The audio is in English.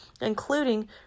including